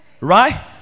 Right